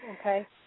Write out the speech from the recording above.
Okay